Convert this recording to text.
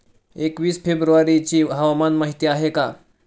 एकवीस फेब्रुवारीची हवामान माहिती आहे का?